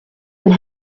and